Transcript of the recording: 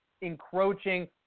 encroaching